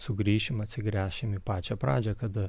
sugrįšim atsigręšim į pačią pradžią kada